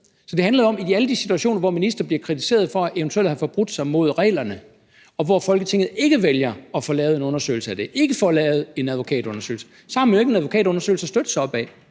Så det handler om, at i alle de situationer, hvor ministre bliver kritiseret for eventuelt at have forbrudt sig mod reglerne, og hvor Folketinget ikke vælger at få lavet en undersøgelse af det, ikke at få lavet en advokatundersøgelse, så har man jo ikke en advokatundersøgelse at støtte sig op ad.